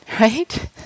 right